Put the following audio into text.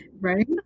right